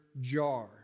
jar